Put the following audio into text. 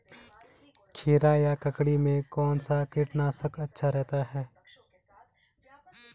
खीरा या ककड़ी में कौन सा कीटनाशक अच्छा रहता है?